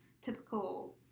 typical